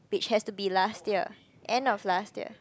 which has to be last year end of last year